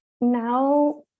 now